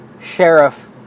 sheriff